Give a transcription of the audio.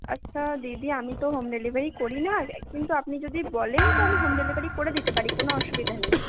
আচ্ছা দিদি আমি তো হোম ডেলিভারি করি না কিন্তু আপনি যদি বলেন তো আমি হোম ডেলিভারি করে দিতে পারি কোনো অসুবিধা নেই